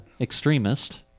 extremist